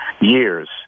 years